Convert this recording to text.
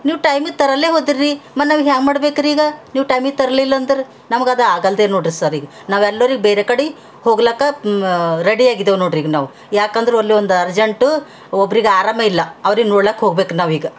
ನೀವು ಟೈಮಿಗೆ ತರಲ್ಲೇ ಹೋದರ್ರೀ ಮತ್ತು ನಾವು ಹ್ಯಾಂಗ ಮಾಡ್ಬೇಕು ರೀ ಈಗ ನೀವು ಟೈಮಿಗೆ ತರ್ಲಿಲ್ಲಾಂದ್ರೆ ನಮಗೆ ಅದು ಆಗಲ್ಲದೇ ನೋಡ್ರೀ ಸರ್ ಈಗ ನಾವೆಲ್ಲರೂ ಈಗ ಬೇರೆ ಕಡೆ ಹೋಗ್ಲಿಕ ರೆಡಿ ಆಗಿದ್ದೆವ್ ನೋಡ್ರೀಗ ನಾವು ಯಾಕಂದ್ರೆ ಅಲ್ಲಿ ಒಂದು ಅರ್ಜೆಂಟು ಒಬ್ರಿಗೆ ಆರಾಮಿಲ್ಲ ಅವ್ರಿಗೆ ನೋಡ್ಲಿಕ್ ಹೋಗ್ಬೇಕು ನಾವೀಗ